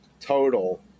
total